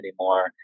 anymore